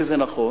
וזה נכון,